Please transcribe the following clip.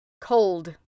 Cold